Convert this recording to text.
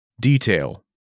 Detail